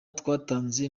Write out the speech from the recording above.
twatanze